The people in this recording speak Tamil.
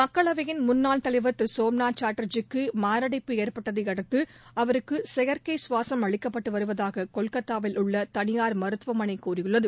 மக்களவையின் முன்னாள் தலைவர் திரு சோம்நாத் சாட்டர்ஜி க்கு மாரடைப்பு ஏற்பட்டதை தொடர்ந்து அவருக்கு செயற்கை சுவாசம் அளிக்கப்பட்டு வருவதாக கொல்கத்தாவில் உள்ள தனியார் மருத்துவமனை கூறியுள்ளது